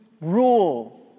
rule